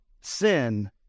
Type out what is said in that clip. sin